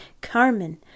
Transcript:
Carmen